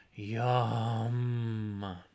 Yum